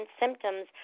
symptoms